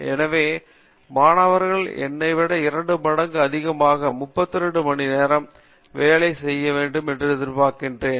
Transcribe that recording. எனவே மாணவர்கள் என்னைவிட இரண்டு மடங்கு அதிகமாக 32 மணி நேரம் வேலை செய்ய வேண்டும் என்று எதிர்பாக்கிறேன்